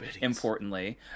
importantly